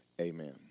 Amen